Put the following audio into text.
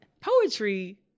poetry